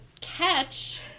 catch